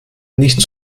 nicht